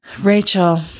Rachel